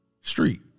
street